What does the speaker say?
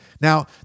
Now